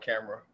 camera